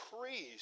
priest